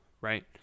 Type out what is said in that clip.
right